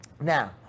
Now